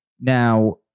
Now